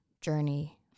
journey